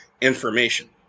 information